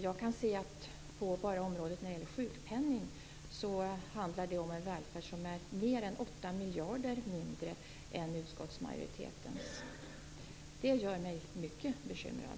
Bara när det gäller sjukpenning handlar det om en välfärd som är mer än 8 miljarder mindre än utskottsmajoritetens. Det gör mig mycket bekymrad.